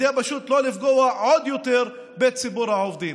פשוט כדי לא לפגוע עוד יותר בציבור העובדים.